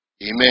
Amen